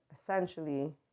essentially